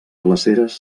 glaceres